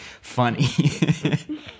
funny